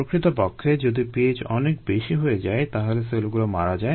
প্রকৃতপক্ষে যদি pH অনেক বেশি হয়ে যায় তাহলে সেলগুলো মারা যায়